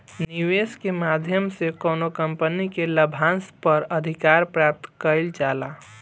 निवेस के माध्यम से कौनो कंपनी के लाभांस पर अधिकार प्राप्त कईल जाला